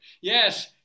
Yes